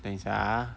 等一下 ah